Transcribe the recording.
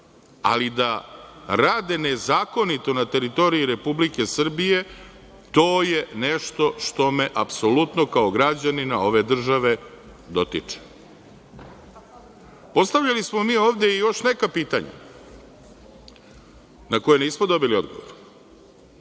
Ali, da rade nezakonito na teritoriji Republike Srbije, to je nešto što me apsolutno kao građanina ove države dotiče. Postavljali smo mi ovde i još neka pitanja na koja nismo dobili odgovor,